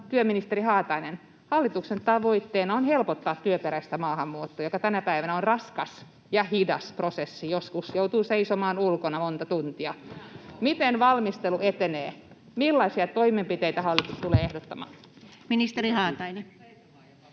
työministeri Haatainen, hallituksen tavoitteena on helpottaa työperäistä maahanmuuttoa, joka tänä päivänä on raskas ja hidas prosessi. Joskus joutuu seisomaan ulkona monta tuntia. [Leena Meri: Ihanko totta?] Miten valmistelu etenee? Millaisia toimenpiteitä hallitus tulee ehdottamaan? [Speech